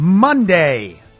Monday